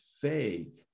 fake